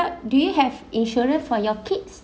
do you have insurance for your kids